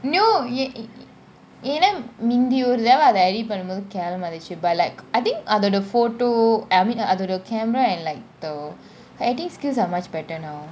no y~ y~ என்ன முந்தி ஒரு தடவ அது பண்ணும்போது கேவலம் இருந்துச்சி :enna munthi oru thaadava athu panumbothu keavalam irunthuchi but like I think அதுஒட :athuoda photo I mean அதுஒட :athoda camera and like the her I_T skills are much better now